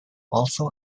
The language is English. also